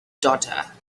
daughter